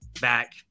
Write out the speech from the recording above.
back